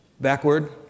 Backward